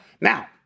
Now